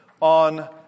on